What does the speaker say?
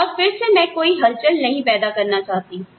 और फिर से मैं कोई हलचल नहीं पैदा करना चाहती हूं